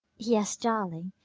yes, darling.